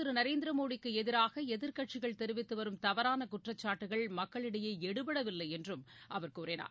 திருநரேந்திரமோடிக்குஎதிராகஎதிர்க்கட்சிகள் தெரிவித்துவரும் தவறானகுற்றச்சாட்டுகள் பிரதமர் மக்களிடையேஎடுபடவில்லைஎன்றும் அவர் கூறினார்